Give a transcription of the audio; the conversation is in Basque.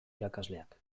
irakasleak